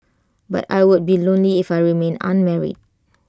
but I would be lonely if I remained unmarried